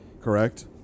correct